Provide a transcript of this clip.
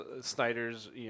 Snyder's